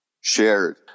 shared